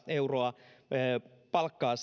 euroa palkkaa